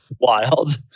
wild